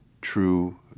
true